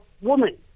woman